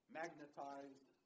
magnetized